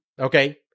Okay